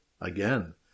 again